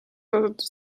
osutus